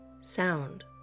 sound